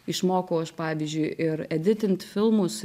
išmokau aš pavyzdžiui ir editint filmus